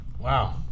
Wow